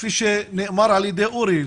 כפי שנאמר על ידי אורי,